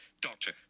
Doctor